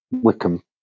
wickham